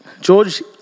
George